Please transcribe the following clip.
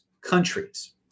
countries